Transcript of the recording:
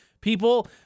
people